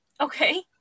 Okay